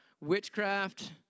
witchcraft